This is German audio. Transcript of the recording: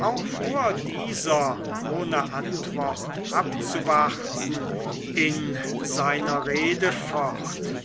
auch fuhr dieser ohne antwort abzuwarten in seiner rede fort